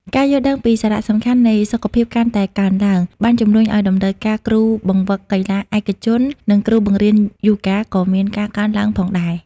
ការយល់ដឹងពីសារៈសំខាន់នៃសុខភាពកាន់តែកើនឡើង បានជំរុញឱ្យតម្រូវការគ្រូបង្វឹកកីឡាឯកជននិងគ្រូបង្រៀនយូហ្គាក៏មានការកើនឡើងផងដែរ។